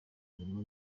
bahembwa